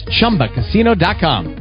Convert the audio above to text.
ChumbaCasino.com